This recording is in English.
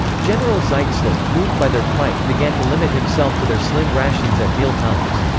general zeitzler, moved by their plight, began to limit himself to their slim rations at meal times.